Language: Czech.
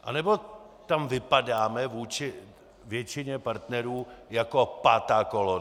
Anebo tam vypadáme vůči většině partnerů jako pátá kolona?